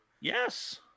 yes